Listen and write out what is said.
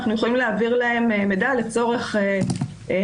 אנחנו יכולים להעביר להם מידע לצורך מניעה